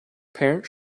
parents